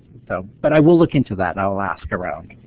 so. but i will look into that, i'll ask around.